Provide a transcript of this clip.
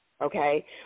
okay